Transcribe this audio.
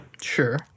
Sure